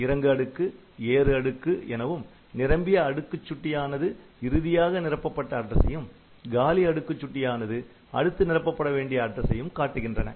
இறங்கு அடுக்கு ஏறு அடுக்கு எனவும் நிரம்பிய அடுக்குச் சுட்டி ஆனது இறுதியாக நிரப்பப்பட்ட அட்ரசையும் காலி அடுக்குச் சுட்டியானது அடுத்து நிரப்பப்பட வேண்டிய அட்ரசையும் காட்டுகின்றன